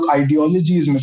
ideologies